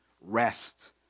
rest